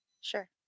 Sure